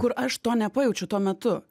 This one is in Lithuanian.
kur aš to nepajaučiu tuo metu